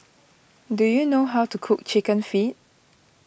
do you know how to cook Chicken Feet